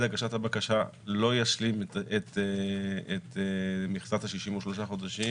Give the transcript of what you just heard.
הגשת הבקשה לא ישלים את מכסת ה-63 חודשים